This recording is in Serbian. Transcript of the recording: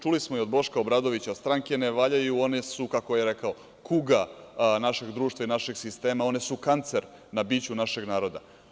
Čuli smo i od Boška Obradovića - stranke ne valjaju, one su, kako je rekao, kuga našeg društva i našeg sistema, one su kancer na biću našeg naroda.